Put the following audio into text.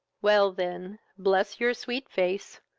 well, then, bless your sweet face!